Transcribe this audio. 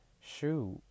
shoot